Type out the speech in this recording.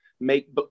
make